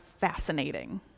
fascinating